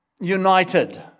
united